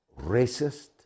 racist